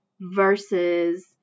versus